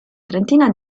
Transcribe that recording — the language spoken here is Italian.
trentina